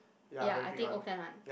ya I think all can one